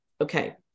Okay